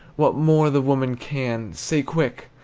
what more the woman can, say quick,